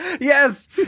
Yes